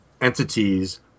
entities